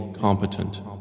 competent